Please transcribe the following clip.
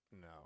no